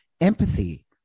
empathy